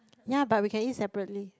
ya but we can eat separately